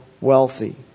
wealthy